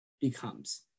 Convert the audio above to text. becomes